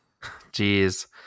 Jeez